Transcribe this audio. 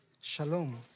Shalom